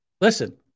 Listen